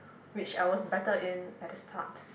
which I was better in at the start